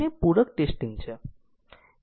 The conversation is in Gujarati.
નોડ અને ધાર